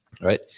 right